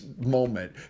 moment